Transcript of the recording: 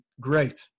great